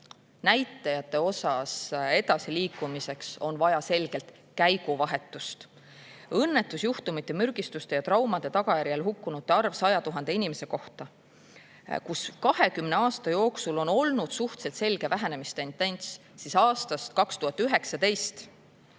[paranemise] osas edasiliikumiseks on vaja selgelt käiguvahetust. Õnnetusjuhtumite, mürgistuste ja traumade tagajärjel hukkunute arvu puhul 100 000 inimese kohta on 20 aasta jooksul olnud suhteliselt selge vähenemistendents, kuid aastast 2019